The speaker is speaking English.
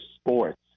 sports